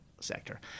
sector